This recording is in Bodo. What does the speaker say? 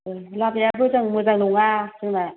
लामाया मोजां मोजां नङा जोंना